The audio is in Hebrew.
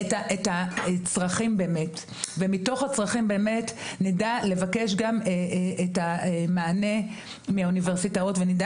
מתוך הצרכים נדע גם לבקש מענה מהאוניברסיטאות ונדע